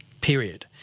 period